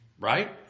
Right